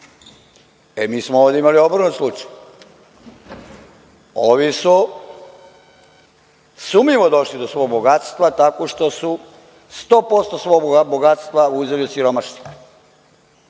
E, mi smo ovde imali obrnut slučaj. Ovi su sumnjivo došli do svog bogatstva, tako što su 100% svog bogatstva uzeli od siromašnih.